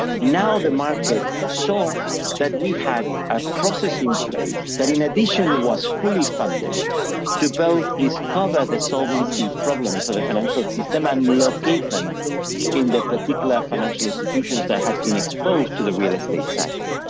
now the market saw that we had a process in place that in addition was fully funded to both discover the solvency problems of the financial system and locate them in the particular financial institutions that had been exposed to the real estate cycle,